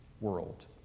world